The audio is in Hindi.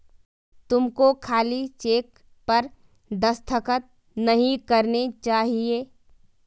तुमको खाली चेक पर दस्तखत नहीं करने चाहिए